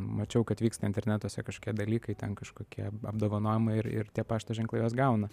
mačiau kad vyksta internetuose kažkokie dalykai ten kažkokie apdovanojimai ir ir tie pašto ženklai juos gauna